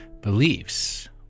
beliefs